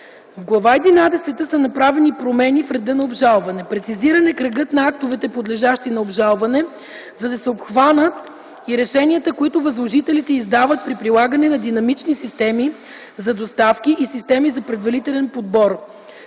единадесета са направени промени в реда за обжалване. Прецизиран е кръгът на актовете, подлежащи на обжалване, за да се обхванат и решенията, които възложителите издават при прилагане на динамични системи за доставки и системи за предварителен подбор.